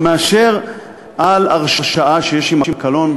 מאשר על הרשעה שיש עמה קלון,